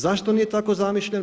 Zašto nije tako zamišljen?